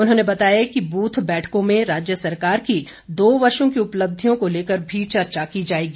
उन्होंने बताया कि बूथ बैठकों में राज्य सरकार की दो वर्षों की उपलब्धियों को लेकर भी चर्चा की जाएगी